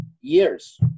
Years